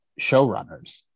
showrunners